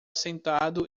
sentado